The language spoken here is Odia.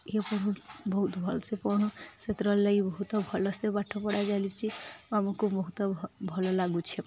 ଏଇ ପଢ଼ ବହୁତ ଭଲସେ ପଢ଼ ସେତର୍ ଲାଗି ବହୁତ ଭଲସେ ପାଠ ପଢ଼ା ଚାଲିଚି ଆମକୁ ବହୁତ ଭ ଭଲ ଲାଗୁଛେ